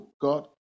God